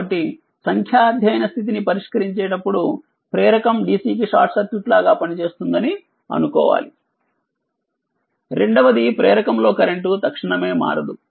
కాబట్టి సంఖ్యా అధ్యయన స్థితిని పరిష్కరించేటప్పుడు ప్రేరకం DC కి షార్ట్ సర్క్యూట్ లాగా పనిచేస్తుంది అనుకోవాలి రెండవది ప్రేరకం లోకరెంట్తక్షణమే మారదు